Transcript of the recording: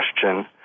question